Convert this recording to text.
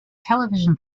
television